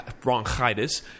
bronchitis